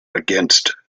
against